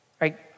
Right